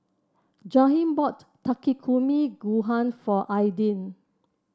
Jaheim bought Takikomi Gohan for Aydin